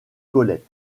colette